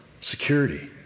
security